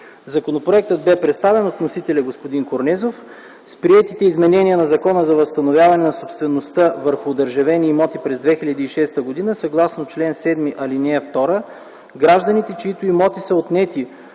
Законопроектът бе представен от вносителя – господин Корнезов. С приетите изменения на Закона за възстановяване на собствеността върху одържавени имоти през 2006 г., съгласно чл. 7, ал. 2 гражданите, чиито имоти са отнети,